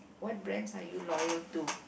what brands are you loyal to